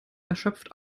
erschöpft